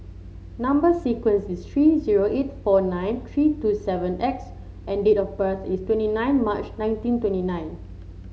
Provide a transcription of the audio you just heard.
number sequence is S zero eight four nine three two seven X and date of birth is twenty nine March nineteen twenty nine